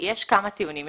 יש כמה טיעונים.